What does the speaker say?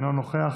אינו נוכח,